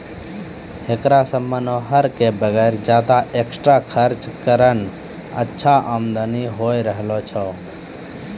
हेकरा सॅ मनोहर कॅ वगैर ज्यादा एक्स्ट्रा खर्च करनॅ अच्छा आमदनी होय रहलो छै